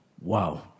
Wow